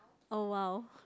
oh well